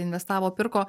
investavo pirko